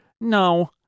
no